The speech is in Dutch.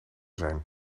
zijn